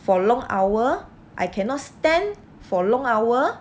for long hour I cannot stand for long hour